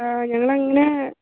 ഞങ്ങൾ അങ്ങനെ